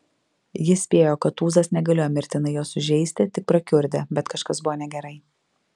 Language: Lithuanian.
jis spėjo kad tūzas negalėjo mirtinai jo sužeisti tik prakiurdė bet kažkas buvo negerai